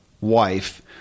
wife